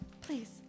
Please